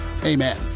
Amen